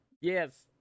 yes